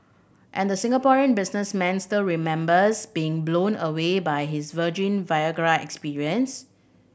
and the Singaporean businessman still remembers being blown away by his virgin Viagra experience